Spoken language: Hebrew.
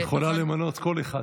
יכולה למנות כל אחד.